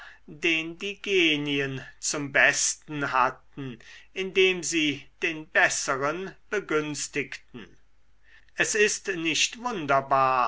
den die genien zum besten hatten indem sie den besseren begünstigten es ist nicht wunderbar